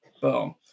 boom